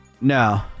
No